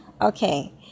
Okay